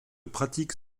pratique